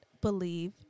believe